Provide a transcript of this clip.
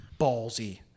ballsy